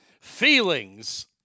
feelings